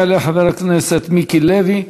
יעלה חבר הכנסת מיקי לוי.